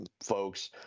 folks